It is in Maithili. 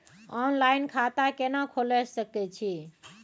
ऑनलाइन खाता केना खोले सकै छी?